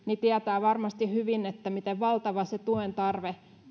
tietää varmasti hyvin miten valtava on joka puolella se tuen tarve